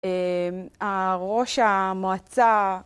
הראש המועצה